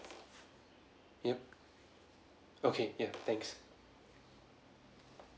yup okay ya thanks